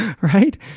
Right